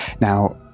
Now